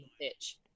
pitch